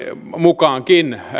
mukaankin